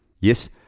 Yes